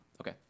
Okay